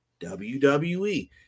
WWE